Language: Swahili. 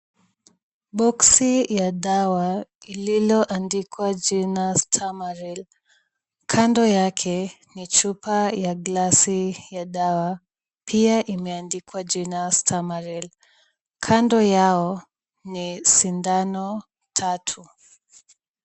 Boxi ya dawa lililoandikwa jina Stamaril. Kando yake ni chupa ya glasi ya dawa pia imeandikwa jina Stamaril. Kando yao ni sindano tatu.